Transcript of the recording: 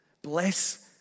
Bless